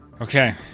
Okay